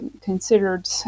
considered